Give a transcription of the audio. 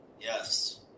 Yes